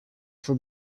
for